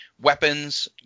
weapons